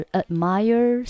admire